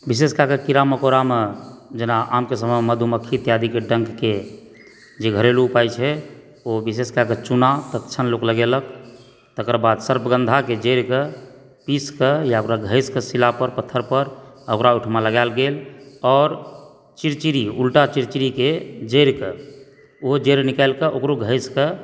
विशेष कए कऽ कीड़ा मकोड़ामे जेना आमके समयमे मधुमक्खी इत्यादिके डङ्कके जे घरेलू उपाय छै ओ विशेष कए कऽ चूना तत्क्षण लोक लगेलक तकर बाद सर्पङ्गधाके जड़िकऽ पीस कऽ या ओकरा घसि कऽ शिला पर पत्थर पर ओकर ओहिठुमा लगाएल गेल आओर चिड़चिड़ी चिड़चिड़ीके जड़िकऽ ओ जड़ि निकालिकऽ ओकरो घसिकऽ